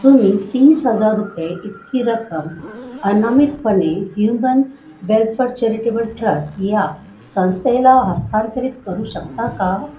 तुम्ही तीस हजार रुपये इतकी रक्कम अनामितपणे ह्युमन वेल्फर चेरिटेबल ट्रस्ट या संस्थेला हस्तांतरित करू शकता का